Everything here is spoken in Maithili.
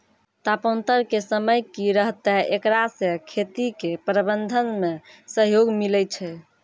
तापान्तर के समय की रहतै एकरा से खेती के प्रबंधन मे सहयोग मिलैय छैय?